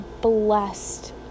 blessed